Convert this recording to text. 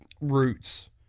roots